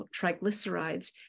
triglycerides